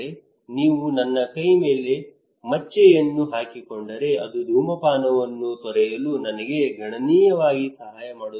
ಆದರೆ ನೀವು ನನ್ನ ಕೈ ಮೇಲೆ ಮಚ್ಚೆಯನ್ನು ಹಾಕಿಕೊಂಡರೆ ಅದು ಧೂಮಪಾನವನ್ನು ತೊರೆಯಲು ನನಗೆ ಗಣನೀಯವಾಗಿ ಸಹಾಯ ಮಾಡುತ್ತದೆ